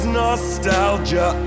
nostalgia